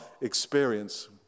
experience